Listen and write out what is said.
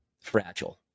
fragile